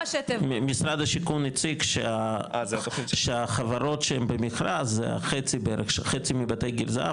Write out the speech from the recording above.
משרד השיכון הציג שהחברות שהן במכרז זה החצי מבתי גיל זהב,